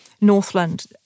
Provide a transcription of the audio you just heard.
Northland